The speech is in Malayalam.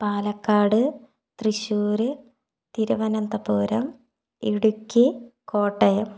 പാലക്കാട് തൃശ്ശൂർ തിരുവന്തപുരം ഇടുക്കി കോട്ടയം